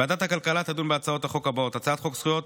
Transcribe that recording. ועדת הכלכלה תדון בהצעות החוק הבאות: 1. הצעת חוק זכויות